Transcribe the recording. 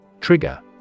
Trigger